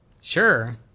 Sure